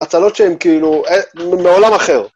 ‫הצלות שהן כאילו מעולם אחר.